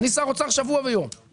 אני שר אוצר שבוע ויומיים.